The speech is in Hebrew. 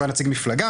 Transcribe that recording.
הוא היה נציג מפלגה,